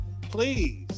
Please